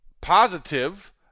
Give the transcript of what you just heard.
positive